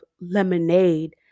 lemonade